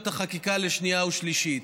התשע"ח 2018, לקריאה השנייה ולקריאה השלישית.